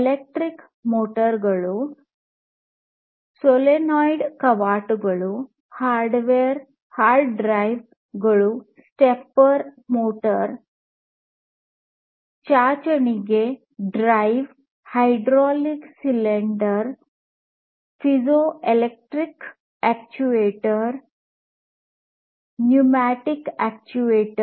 electric motor ಗಳು solenoid ಕವಾಟಗಳು hard drive ಗಳು stepper motor comb drive hydraulic cylinder piezoelectric actuator pneumatic actuator